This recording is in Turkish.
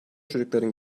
çocukların